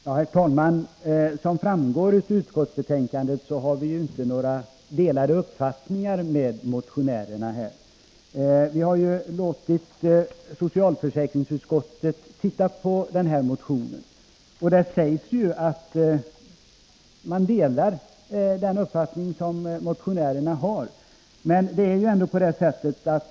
Herr talman! Som framgår av utskottsbetänkandet har motionärerna och vi inte några delade uppfattningar i detta hänseende. Vi har låtit socialförsäkringsutskottet titta på motionen. Man delar där motionärernas uppfattning.